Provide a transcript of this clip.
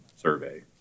survey